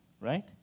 right